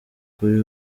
kuri